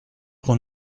qu’on